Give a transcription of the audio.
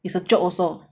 it's a joke also